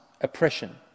Oppression